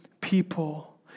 people